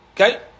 Okay